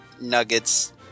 nuggets